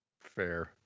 Fair